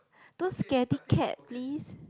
don't scaredy cat please